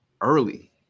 early